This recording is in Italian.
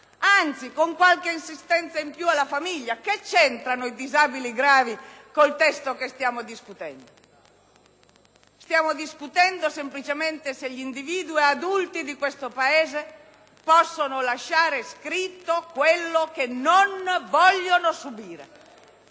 anzi, con qualche assistenza in più alla famiglia. Che c'entrano i disabili gravi con il testo che stiamo discutendo? Stiamo discutendo semplicemente se gli individui adulti di questo Paese possono lasciare scritto quello che non vogliono subire.